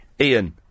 Ian